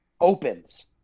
opens